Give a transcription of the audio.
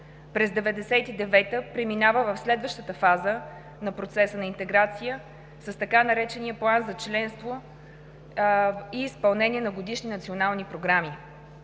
През 1999-а преминава в следващата фаза на процеса на интеграция с така наречения План за членство и изпълнение на годишни национални програми.